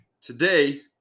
today